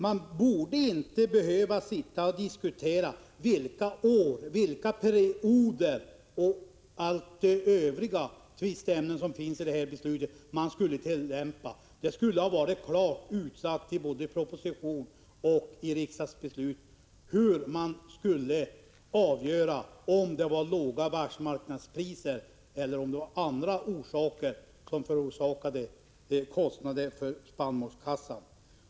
Man borde inte behöva diskutera vilka år och vilka perioder det gäller, och man borde inte heller behöva diskutera alla de övriga tvistämnen som finns i det beslut som skulle tillämpas. Det borde har varit klart utsagt i både proposition och riksdagsbeslut hur man skulle avgöra om det var låga världsmarknadspriser eller om det var andra faktorer som förorsakade kostnader för spannmålskassan.